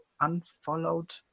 unfollowed